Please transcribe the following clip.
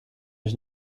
ich